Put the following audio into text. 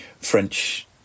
French